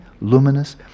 luminous